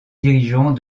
dirigeants